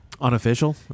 unofficial